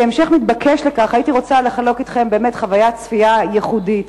כהמשך מתבקש לכך הייתי רוצה לחלוק אתכם חוויית צפייה ייחודית,